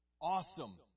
awesome